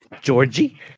georgie